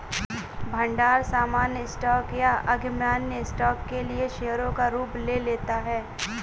भंडार सामान्य स्टॉक या अधिमान्य स्टॉक के लिए शेयरों का रूप ले लेता है